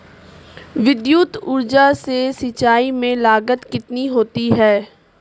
विद्युत ऊर्जा से सिंचाई में लागत कितनी होती है?